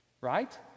right